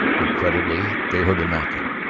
incredibly, they heard a knocking.